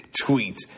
tweet